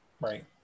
Right